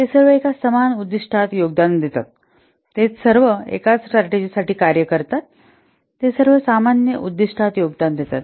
ते सर्व एका समान उद्दीष्टात योगदान देतात ते सर्व एकाच स्ट्रॅटजिसाठी कार्य करतात ते सर्व सामान्य उद्दीष्टात योगदान देतात